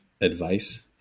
advice